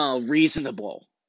reasonable